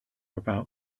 about